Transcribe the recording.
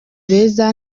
beza